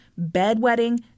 bedwetting